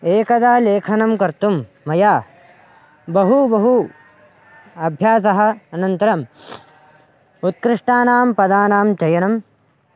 एकदा लेखनं कर्तुं मया बहु बहु अभ्यासः अनन्तरम् उत्कृष्टानां पदानां चयनं